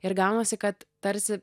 ir gaunasi kad tarsi